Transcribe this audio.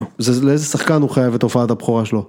זה אז לאיזה שחקן הוא חייב את הופעת הבכורה שלו?